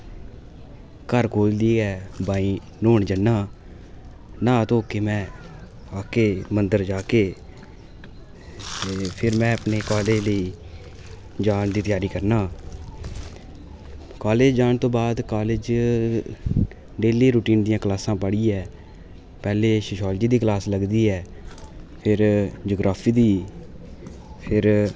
फिर में अपने कालज लेई जाने दी त्यारी करना कालज जाने तों बाद कालज च डेली रुटीन दियां क्लासां पढ़ियै पैह्ले शोशॉलजी दी क्लास लगदी ऐ फिर ज्योग्राफी दी फिर